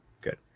Good